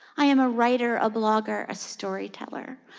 i am a writer, a blogger, a storyteller,